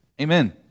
Amen